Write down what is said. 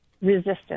resistance